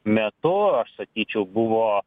metu sakyčiau buvo